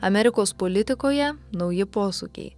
amerikos politikoje nauji posūkiai